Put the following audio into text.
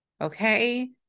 Okay